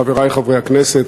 חברי חברי הכנסת,